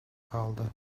kaldı